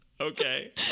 Okay